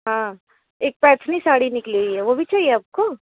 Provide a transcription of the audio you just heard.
हाँ एक पैथिनी साड़ी निकली हुई है वो भी चाहिए आपको